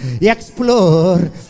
explore